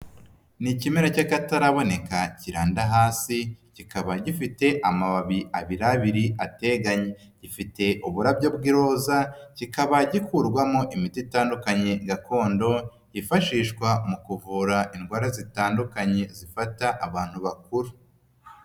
Ni ikimera cy'akataraboneka kiranda hasi, kikaba gifite amababi abiri abiri ateganye. Gifite uburabyo bw'iroza kikaba gikurwamo imiti itandukanye gakondo, yifashishwa mu kuvura indwara zitandukanye zifata abantu bakuru.